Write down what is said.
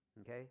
Okay